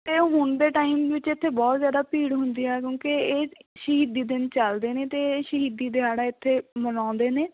ਅਤੇ ਹੁਣ ਦੇ ਟਾਈਮ ਵਿੱਚ ਇੱਥੇ ਬਹੁਤ ਜ਼ਿਆਦਾ ਭੀੜ ਹੁੰਦੀ ਆ ਕਿਉਂਕਿ ਇਹ ਸ਼ਹੀਦੀ ਦਿਨ ਚੱਲਦੇ ਨੇ ਅਤੇ ਇਹ ਸ਼ਹੀਦੀ ਦਿਹਾੜਾ ਇੱਥੇ ਮਨਾਉਂਦੇ ਨੇ